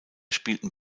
spielten